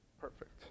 Perfect